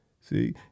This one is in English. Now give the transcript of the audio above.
See